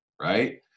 right